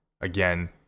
Again